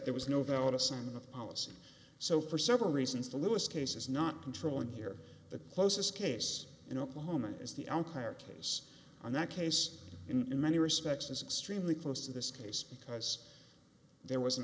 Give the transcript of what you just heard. there was no doubt of sending the policy so for several reasons the lewis case is not controlling here the closest case in oklahoma is the outlier case on that case in many respects is extremely close to this case because there was an